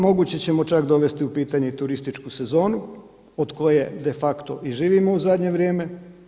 Moguće ćemo čak dovesti u pitanje i turističku sezonu od koje de facto i živimo u zadnje vrijeme.